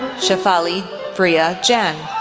shefali priya jain,